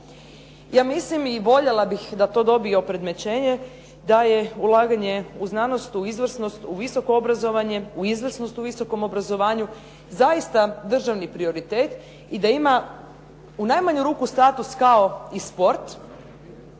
Ja mislim i voljela bih da to dobije opredmećenje da je ulaganje u znanost, u izvrsnost, u visoko obrazovanje, u izvrsnost u visokom obrazovanju zaista državni prioritet i da ima u najmanju ruku status kao i sport.